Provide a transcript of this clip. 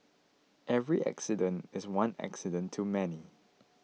every accident is one accident too many